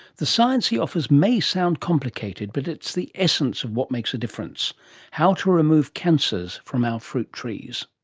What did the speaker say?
the science he offers may sound complicated, but its the essence of what makes a difference how to remove cancers from our fruit trees.